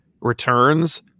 returns